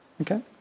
Okay